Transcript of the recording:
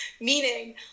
meaning